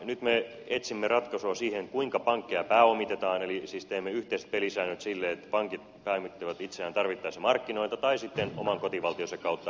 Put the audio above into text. nyt me etsimme ratkaisua siihen kuinka pankkeja pääomitetaan eli teemme yhteiset pelisäännöt sille että pankit pääomittavat itseään tarvittaessa markkinoilta tai sitten oman kotivaltionsa kautta